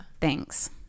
thanks